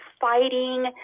fighting